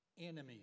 Enemies